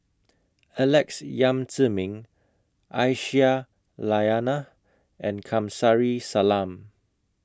Alex Yam Ziming Aisyah Lyana and Kamsari Salam